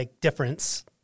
difference